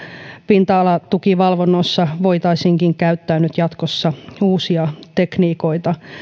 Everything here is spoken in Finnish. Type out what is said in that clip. pinta alatukivalvonnoissa voitaisiinkin käyttää jatkossa uusia tekniikoita